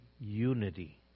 unity